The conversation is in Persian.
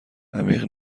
عمیق